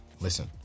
listen